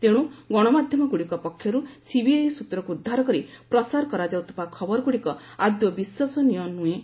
ତେଣୁ ଗଣମାଧ୍ୟମ ଗୁଡ଼ିକ ପକ୍ଷରୁ ସିବିଆଇ ସୂତ୍ରକୁ ଉଦ୍ଧାର କରି ପ୍ରସାର କରାଯାଉଥିବା ଖବରଗୁଡ଼ିକ ଆଦୌ ବିଶ୍ୱସନୀୟ ନୁହେଁ